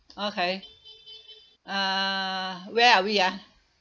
okay uh where are we ah